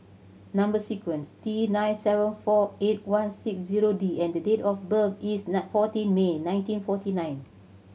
number sequence T nine seven four eight one six zero D and the date of birth is fourteen May nineteen forty nine